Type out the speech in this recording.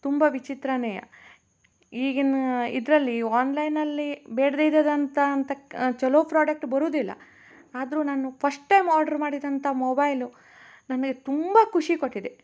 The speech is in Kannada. ತುಂಬ ವಿಚಿತ್ರಯ ಈಗಿನ ಇದರಲ್ಲಿ ಆನ್ಲೈನಲ್ಲಿ ಬೇಡ್ದಿದಂತ ಅಂತಕ್ಕೆ ಛಲೋ ಫ್ರೋಡಕ್ಟ್ ಬರೋದಿಲ್ಲ ಆದರು ನಾನು ಫಶ್ಟ್ ಟೈಮ್ ಆರ್ಡ್ರ್ ಮಾಡಿದಂಥ ಮೊಬೈಲು ನನಗೆ ತುಂಬ ಖುಷಿ ಕೊಟ್ಟಿದೆ